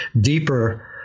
deeper